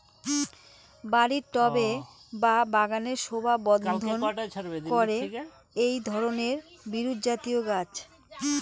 বাড়ির টবে বা বাগানের শোভাবর্ধন করে এই ধরণের বিরুৎজাতীয় গাছ